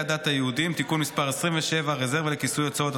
הדת היהודיים (תיקון מס' 27) (רזרבה לכיסוי הוצאות),